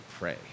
pray